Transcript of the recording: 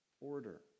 order